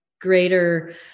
greater